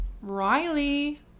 Riley